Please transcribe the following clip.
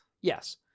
Yes